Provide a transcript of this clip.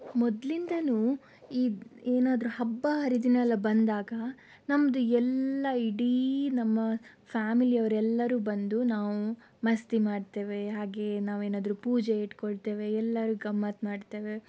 ಮೊದಲಿಂದಲೂ ಈ ಏನಾದರೂ ಹಬ್ಬ ಹರಿದಿನ ಎಲ್ಲ ಬಂದಾಗ ನಮ್ಮದು ಎಲ್ಲ ಇಡೀ ನಮ್ಮ ಫ್ಯಾಮಿಲಿ ಅವರೆಲ್ಲರೂ ಬಂದು ನಾವು ಮಸ್ತಿ ಮಾಡ್ತೇವೆ ಹಾಗೆ ನಾವೇನಾದರೂ ಪೂಜೆ ಇಟ್ಕೊಳ್ತೇವೆ ಎಲ್ಲರೂ ಗಮ್ಮತ್ತು ಮಾಡ್ತೇವೆ